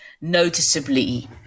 noticeably